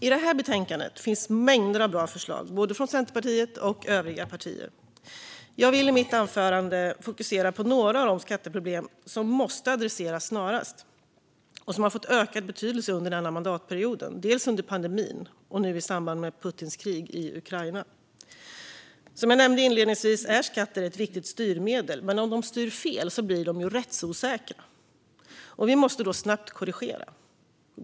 I det här betänkandet finns mängder av bra förslag från både Centerpartiet och övriga partier. Jag vill i mitt anförande fokusera på några av de skatteproblem som måste adresseras snarast och som har fått ökad betydelse under denna mandatperiod, dels under pandemin, dels nu i samband med Putins krig i Ukraina. Som jag nämnde inledningsvis är skatter ett viktigt styrmedel, men om de styr fel är de rättsosäkra. Vi måste då snabbt korrigera.